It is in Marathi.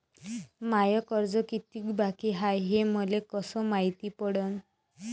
माय कर्ज कितीक बाकी हाय, हे मले कस मायती पडन?